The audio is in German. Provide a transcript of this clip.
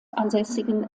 ansässigen